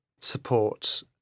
support